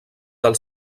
del